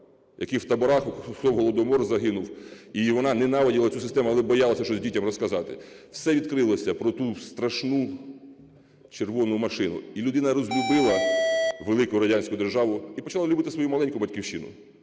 які у таборах, хто в Голодомор загинув. І вона ненавиділа цю систему, але боялася щось дітям розказати. Все відкрилося про ту страшну "червону машину". І людина розлюбила велику радянську державу і почала любити свою маленьку батьківщину: